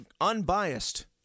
unbiased